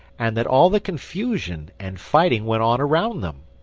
and that all the confusion and fighting went on around them.